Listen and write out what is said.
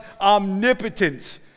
omnipotence